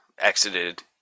exited